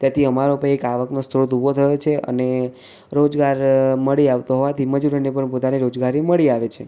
તેથી અમારો પણ એક આવકનો સ્ત્રોત ઊભો થયો છે અને રોજગાર મળી આવતો હોવાથી મજૂરોને પણ પોતાની રોજગારી મળી આવે છે